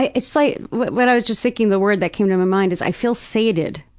it's like, what what i was just thinking, the word that came to my mind, is i feel sated.